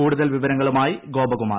കൂടുതൽ വിവരങ്ങളുമായി ഗോപകുമാർ